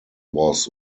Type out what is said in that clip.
was